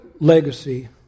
legacy